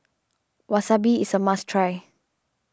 Wasabi is a must try